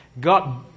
got